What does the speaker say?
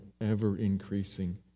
ever-increasing